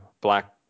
Black